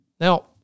now